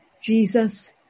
Jesus